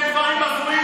קריאה שלישית.